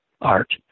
Art